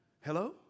Hello